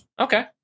Okay